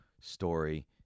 story